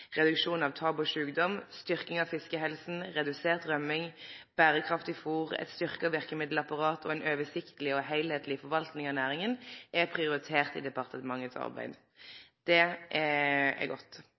reduksjon av tap og sjukdom, styrking av fiskehelsa, redusert rømming, berekraftig fôr, eit styrkt verkemiddelapparat og ei oversiktleg og heilskapleg forvaltning av næringa er prioritert i departementets